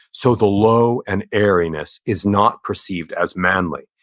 so the low and airiness is not perceived as manly.